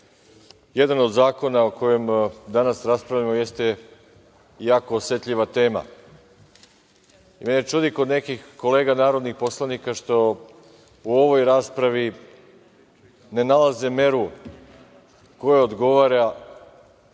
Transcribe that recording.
jedan od zakona o kojem danas raspravljamo jeste jako osetljiva tema. Mene čudi kod nekih kolega, narodnih poslanika, što u ovoj raspravi ne nalaze meru koja odgovara